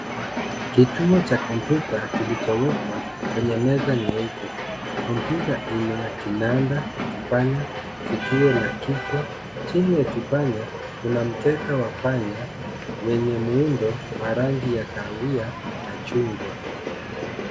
Kituo cha kompyuta kilichowekwa kwenye meza nyeupe. Kompyuta ina kinanda, kipanya, sikio la kichwa. Chini ya kipanya kuna mkeka wa panya wenye muundo wa rangi ya kahawia na chungwa.